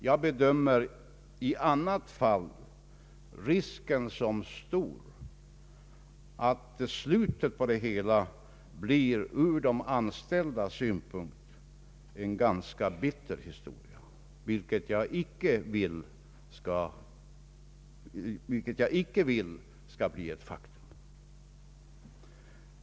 Jag bedömer i annat fall risken som stor att slutet på det hela blir en ganska bitter historia ur de anställdas synpunkt, vilket jag inte vill skall bli ett faktum.